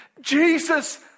Jesus